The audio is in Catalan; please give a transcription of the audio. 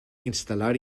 instal·lar